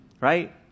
right